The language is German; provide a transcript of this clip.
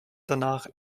danach